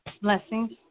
Blessings